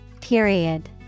Period